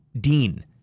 Dean